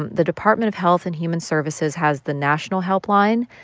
the department of health and human services has the national helpline.